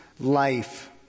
life